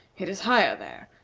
it is higher there,